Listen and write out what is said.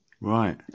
Right